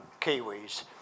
Kiwis